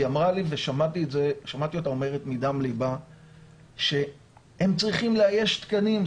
היא אמרה לי ושמעתי אותה אומרת מדם ליבה שצריך לאייש תקנים.